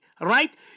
right